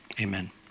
Amen